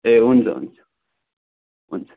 ए हुन्छ हुन्छ हुन्छ